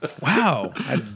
Wow